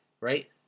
right